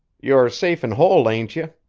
you're safe and whole, ain't ye?